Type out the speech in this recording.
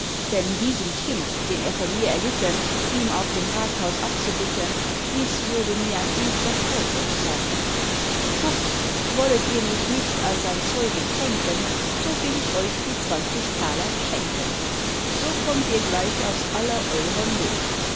denn diesen schimpf den er von mir erlitten ihm auf dem rathaus abzubitten dies würde mir ein ewger vorwurf sein kurz wollet ihr mich nicht als ein zeuge kränken so will ich euch die zwanzig taler schenken so kommt ihr gleich aus aller eurer not